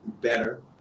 better